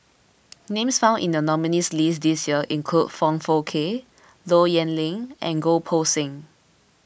names found in the nominees' list this year include Foong Fook Kay Low Yen Ling and Goh Poh Seng